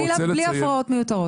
בלי הפרעות מיותרות.